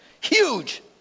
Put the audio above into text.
Huge